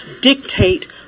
dictate